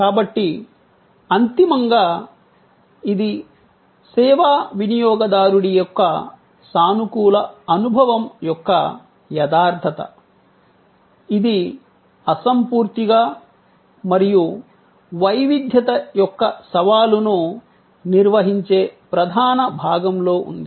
కాబట్టి అంతిమంగా ఇది సేవా వినియోగదారుడి యొక్క సానుకూల అనుభవం యొక్క యథార్థత ఇది అసంపూర్తిగా మరియు వైవిధ్యత యొక్క సవాలును నిర్వహించే ప్రధాన భాగంలో ఉంది